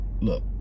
Look